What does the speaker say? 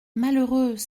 malheureux